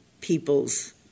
people's